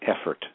effort